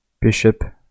Bishop